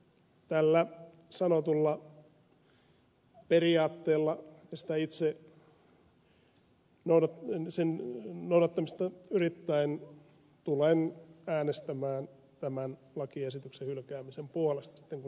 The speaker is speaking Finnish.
tällä sanotulla periaatteella itse sen noudattamista yrittäen tulen äänestämään tämän lakiesityksen hylkäämisen puolesta sitten kun sen aika koittaa